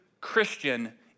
Christian